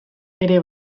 ere